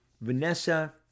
vanessa